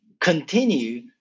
continue